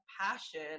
passion